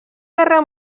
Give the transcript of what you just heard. guerra